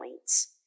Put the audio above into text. points